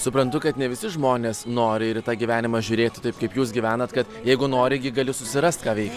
suprantu kad ne visi žmonės nori ir į tą gyvenimą žiūrėti taip kaip jūs gyvenat kad jeigu nori gi gali susirast ką veik